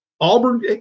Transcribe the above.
Auburn